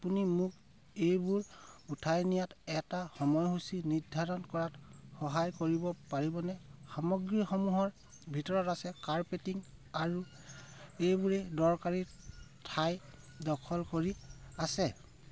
আপুনি মোক এইবোৰ উঠাই নিয়াৰ এটা সময়সূচী নিৰ্ধাৰণ কৰাত সহায় কৰিব পাৰিবনে সামগ্ৰীসমূহৰ ভিতৰত আছে কাৰ্পেটিং আৰু এইবোৰে দৰকাৰী ঠাই দখল কৰি আছে